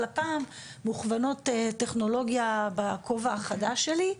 אבל הפעם מוכוונות טכנולוגיה בכובע החדש שלי.